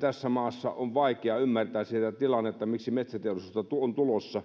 tässä maassa on vaikea ymmärtää sitä tilannetta miksi metsäteollisuutta on tulossa